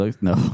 No